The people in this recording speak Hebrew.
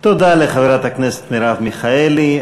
תודה לחברת הכנסת מרב מיכאלי.